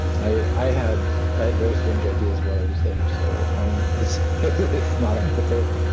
i had i had very strange ideas while i was there so um it's it's not off the table